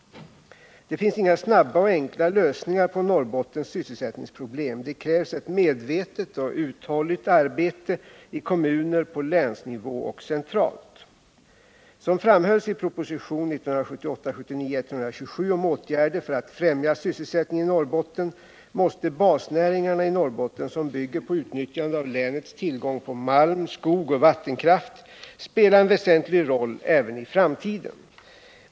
Det finns inga snabba och enkla lösningar på Norrbottens sysselsättningsproblem. Det krävs ett medvetet och uthålligt arbete i kommuner, på länsnivå och centralt. Som framhölls i propositionen 1978/79:127 om åtgärder för att främja sysselsättningen i Norrbotten måste basnäringarna i Norrbotten, som bygger på utnyttjande av länets tillgång på malm, skog och vattenkraft, spela en väsentlig roll även i framtiden.